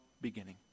beginning